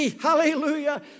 Hallelujah